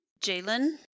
Jalen